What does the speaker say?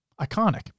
Iconic